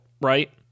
right